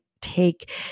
take